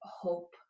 hope